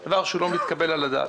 זה דבר שלא מתקבל על הדעת.